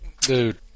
Dude